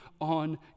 on